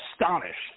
astonished